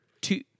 two